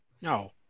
No